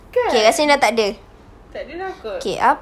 kan tak ada sudah kot